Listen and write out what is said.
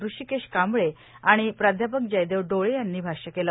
ऋषीकेश कांबळे आणि प्राध्यापक जयदेव डोळे यांनी भाष्य केलं